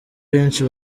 benshi